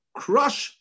crush